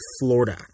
Florida